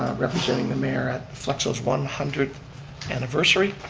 representing the mayor at flexo's one hundred anniversary.